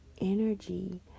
energy